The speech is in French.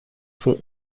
font